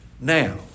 Now